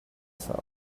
himself